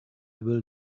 will